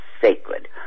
sacred